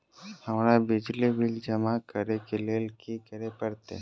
हमरा बिजली बिल जमा करऽ केँ लेल की करऽ पड़त?